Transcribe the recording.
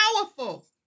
powerful